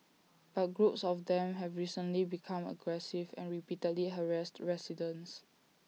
but groups of them have recently become aggressive and repeatedly harassed residents